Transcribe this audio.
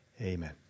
Amen